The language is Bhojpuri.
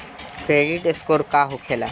क्रेडिट स्कोर का होखेला?